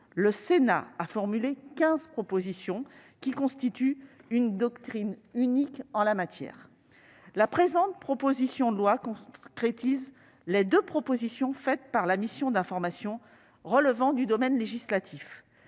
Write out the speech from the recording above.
le Sénat a formulé quinze propositions, qui constituent une doctrine unique en la matière. La présente proposition de loi concrétise les deux propositions faites par la mission d'information relevant du domaine législatif